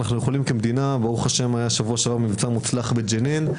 רק בשבוע שעבר היה מבצע מוצלח בג'נין,